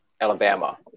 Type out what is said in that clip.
Alabama